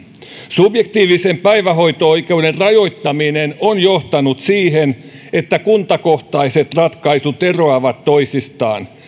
subjektiivisen päivähoito oikeuden rajoittaminen on johtanut siihen että kuntakohtaiset ratkaisut eroavat toisistaan